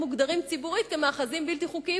מוגדרים ציבורית כמאחזים בלתי חוקיים,